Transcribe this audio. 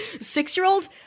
Six-year-old